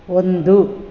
ಒಂದು